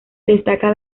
destaca